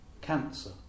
Cancer